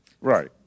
Right